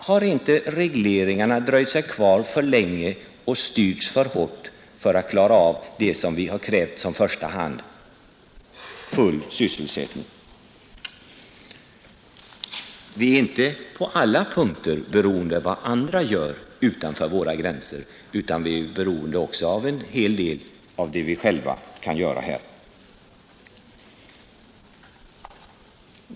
Har inte regleringarna dröjt sig kvar för länge och styrts för hårt för att klara av det som vi har krävt i första hand — full sysselsättning? Vi är inte på alla punkter beroende av vad man gör utanför våra gränser, utan vi är också beroende av vad vi själva kan göra här hemma.